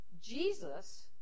Jesus